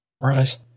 right